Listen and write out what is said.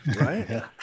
Right